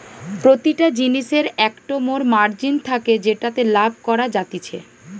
প্রতিটা জিনিসের একটো মোর মার্জিন থাকে যেটাতে লাভ করা যাতিছে